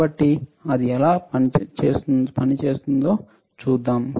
కాబట్టి ఇది ఎలా పనిచేస్తుందో చూద్దాం